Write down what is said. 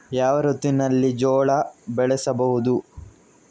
ಯಾವ ಋತುವಿನಲ್ಲಿ ಜೋಳ ಬೆಳೆಸಬಹುದು?